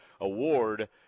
award